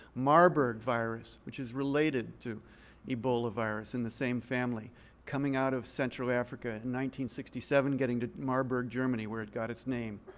marburg virus, which is related to ebola virus, in the same family coming out of central africa in sixty seven, getting to marburg, germany, where it got its name.